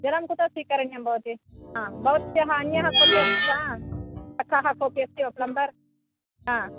जलं कुत्र स्वीकरणीयं भवति भवत्याः अन्यः कोऽपि अस्ति वा अतः कोऽपि अस्ति प्लम्बर् आम्